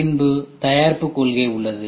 பின்பு தயாரிப்பு கொள்கை உள்ளது